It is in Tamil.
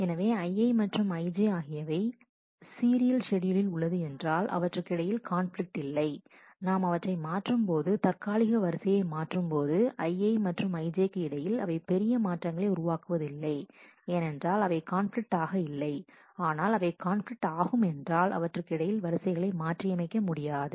எனவே Ii மற்றும் Ij ஆகியவை சீரியல் ஷெட்யூலில் உள்ளது என்றால் அவற்றுக்கிடையில் கான்பிலிக்ட் இல்லை நாம் அவற்றை மாற்றும்போது தற்காலிக வரிசையை மாற்றும்போது Ii மற்றும் Ij க்கு இடையில் அவை பெரிய மாற்றங்களை உருவாக்குவது இல்லை ஏனென்றால் அவை கான்பிலிக்ட் ஆக இல்லை ஆனால் அவை கான்பிலிக்ட் ஆகும் என்றால் அவற்றுக்கு இடையில் வரிசைகளை மாற்றியமைக்க முடியாது